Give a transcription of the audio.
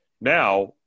Now